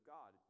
God